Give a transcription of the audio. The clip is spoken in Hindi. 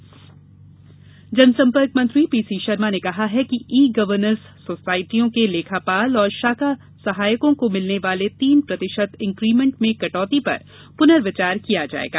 कर्मचारी इंकीमेन्ट जनसंपर्क मंत्री पीसीशर्मा ने कहा है कि ई गवर्नेस सोसायटियों के लेखापाल और शाखा सहायकों को मिलने वाले तीन प्रतिशत इंकीमेन्ट में कटौती पर पुर्नविचार किया जाएगा